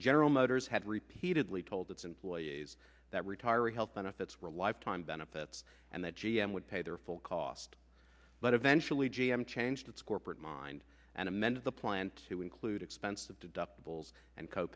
general motors had repeatedly told its employees that retiree health benefits were a lifetime benefits and that g m would pay their full cost but eventually g m changed its corporate mind and amended the plan to include expensive deductibles and co